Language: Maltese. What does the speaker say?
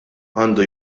għandu